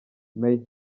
mayor